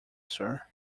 sir